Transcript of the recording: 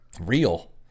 real